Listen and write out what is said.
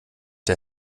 der